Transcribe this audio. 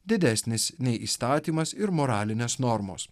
didesnis nei įstatymas ir moralinės normos